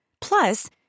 Plus